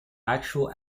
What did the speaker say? actual